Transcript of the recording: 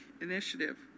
initiative